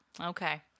okay